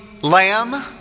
lamb